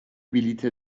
بلیت